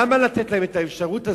למה לתת להם את האפשרות הזאת?